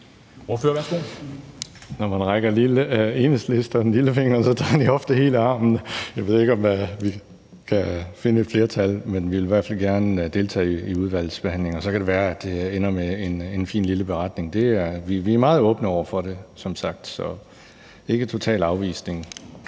Når man rækker Enhedslisten en lillefinger, tager de ofte hele armen. Jeg ved ikke, om vi kan finde et flertal, men vi vil i hvert fald gerne deltage i udvalgsbehandlingen, og så kan det være, at det ender med en fin lille beretning. Vi er meget åbne over for det som sagt, så det er ikke en total afvisning.